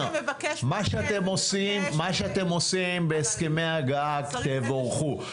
מה שאתם עושים בהסכמי הגג, תבורכו.